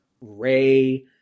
Ray